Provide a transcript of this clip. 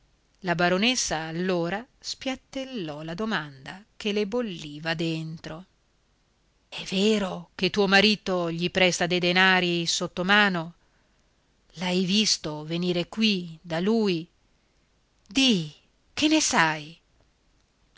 la baronessa allora spiattellò la domanda che le bolliva dentro è vero che tuo marito gli presta dei denari sottomano l'hai visto venire qui da lui di che ne sai